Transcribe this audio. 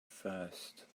first